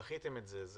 דחיתם את זה.